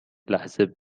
لحظه